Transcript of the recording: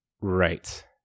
Right